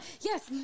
Yes